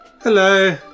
Hello